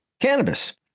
cannabis